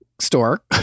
store